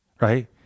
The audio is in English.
right